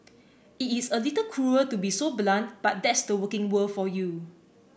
it's a little cruel to be so blunt but that's the working world for you